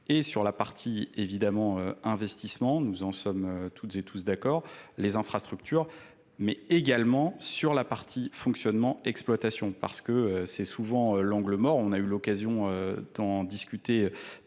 et sur la partie, évidemment, investissement nous en sommes tous et tous d'accords les infrastructures mais également sur la partie fonctionnement exploitation parce que c'est souvent l'angle mort. on On a eu l'occasion d'en discuter